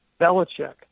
Belichick